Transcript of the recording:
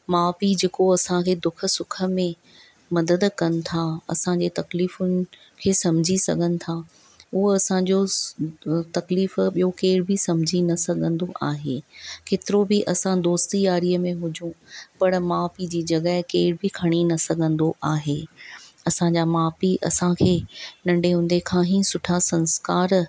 माउ पीउ जेको असां खे दुख सुख में मदद कनि था असां जे तकलीफ़ुनि खे सम्झी सघनि था उहो असां जो तकलीफ़ु ॿियो केरु बि न सम्झी सघंदो आहे केतिरो बि असां दोस्ती यारीअ में हुजूं पर माउ पीउ जी जॻहि केरु बि खणी न सघंदो आहे असां जा माउ पीउ असां खे नढ़े हूंदे खां ही सुठा संस्कार